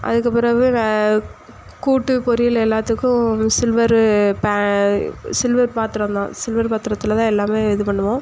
அதுக்கு பிறகு வ கூட்டு பொரியல் எல்லாத்துக்கும் சில்வரு ப சில்வர் பாத்திரம் தான் சில்வர் பாத்திரத்தில் தான் எல்லாமே இது பண்ணுவோம்